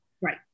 Right